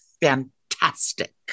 fantastic